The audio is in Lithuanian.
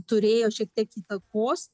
turėjo šiek tiek įtakos